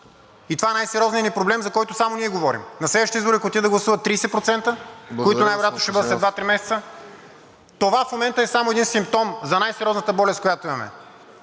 Това е най-сериозният ни проблем, за който ние говорим – на следващи избори, ако отидат да гласуват 30%, които най-вероятно ще бъдат след 2 – 3 месеца. Това в момента е само един симптом за най-сериозната болест, която имаме